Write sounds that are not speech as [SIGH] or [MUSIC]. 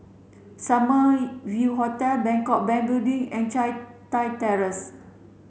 Summer [UNINTELLIGIBLE] View Hotel Bangkok Bank Building and Teck Chye Terrace